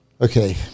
okay